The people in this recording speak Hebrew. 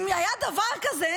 אם היה דבר כזה,